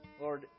Lord